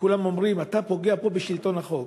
וכולם אומרים: אתה פוגע פה בשלטון החוק,